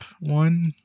one